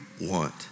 want